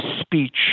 speech